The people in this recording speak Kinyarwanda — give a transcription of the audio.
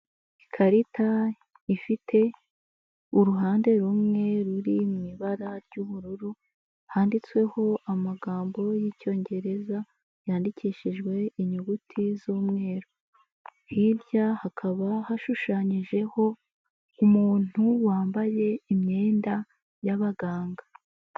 Ikarita ifite uruhande rumwe ruri mu ibara ry'ubururu handitsweho amagambo y'Icyongereza yandikishijwe inyuguti z'umweru. Hirya hakaba hashushanyijeho umuntu wambaye imyenda y'abaganga.